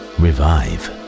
revive